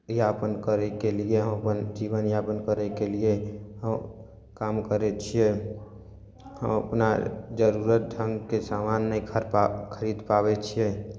यापन करै केलिए हम अपन जीवन यापन करै केलिए हम काम करै छियै हम अपना जरूरत ढंगके समान नहि खर पा खरीद पाबै छियै